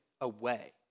away